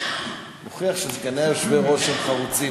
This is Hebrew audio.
זה מוכיח שסגני היושב-ראש הם חרוצים.